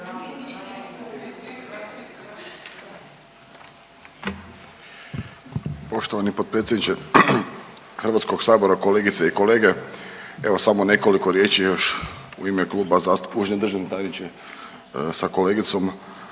Poštovani potpredsjedniče HS-a, kolegice i kolege. Evo samo nekoliko riječi još u ime kluba, uvaženi državni tajniče sa kolegicom,